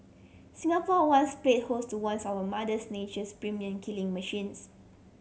Singapore once play host to once of Mother's Nature's premium killing machines